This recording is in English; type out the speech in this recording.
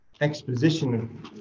exposition